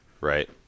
Right